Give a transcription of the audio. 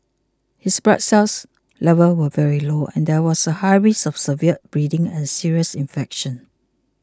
his blood cell levels were very low and there was a high risk of severe bleeding and serious infection